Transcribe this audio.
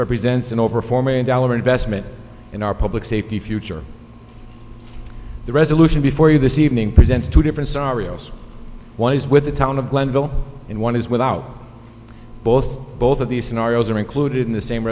represents an over four million dollar investment in our public safety future the resolution before you this evening presents two different scenarios one is with the town of glenville and one is without both so both of these scenarios are included in the same